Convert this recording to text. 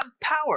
power